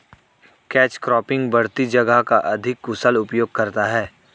catch cropping बढ़ती जगह का अधिक कुशल उपयोग करता है